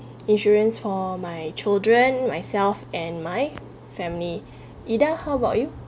insurance for my children myself and my family ida how about you